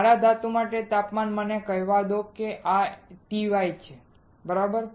મારા ધાતુ માટેનું તાપમાન મને કહેવા દો કે આ TY છે બરાબર